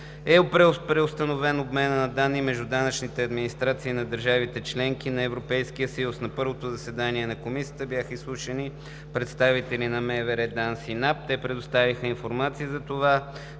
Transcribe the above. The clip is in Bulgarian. е преустановен обменът на данни между данъчните администрации на държавите – членки на Европейския съюз. На първото заседание на Комисията бяха изслушани представители на МВР, ДАНС и НАП. Те предоставиха информация за това